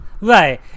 right